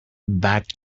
back